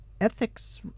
ethics